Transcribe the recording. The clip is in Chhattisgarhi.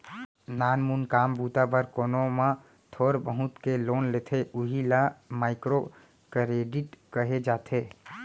नानमून काम बूता बर कोनो ह थोर बहुत के लोन लेथे उही ल माइक्रो करेडिट कहे जाथे